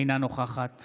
אינה נוכחת